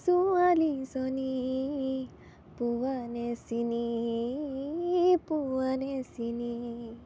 ছোৱালীজনীক পোৱানে চিনি পোৱানে চিনি